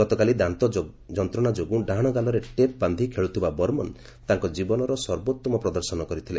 ଗତକାଲି ଦାନ୍ତ ଯନ୍ତ୍ରଣା ଯୋଗୁଁ ଡାହାଣ ଗାଲରେ ଟେପ ବାନ୍ଧି ଖେଳୁଥିବା ବର୍ମନ ତାଙ୍କ ଜୀବନର ସର୍ବୋତ୍ତମ ପ୍ରଦର୍ଶନ କରିଥିଲେ